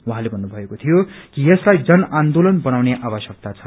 उहाँले भन्नुभएको थियो कि यसलाई जन आन्दोलन बनाउने आवश्यक्ता छ